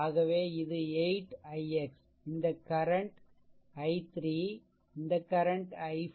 ஆகவே அது 8 ix இந்த கரண்ட் i3 இந்த கரண்ட் i4